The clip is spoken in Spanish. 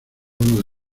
uno